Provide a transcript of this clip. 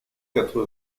quatre